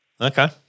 Okay